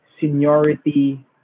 seniority